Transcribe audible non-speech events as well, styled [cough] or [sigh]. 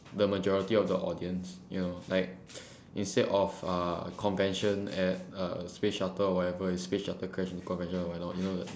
the majority of the audience you know like [breath] instead of uh convention at uh space shuttle or whatever it's space shuttle crash and convention or whatnot you know that